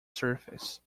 surface